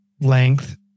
length